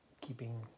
keeping